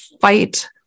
fight